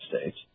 States